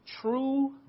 true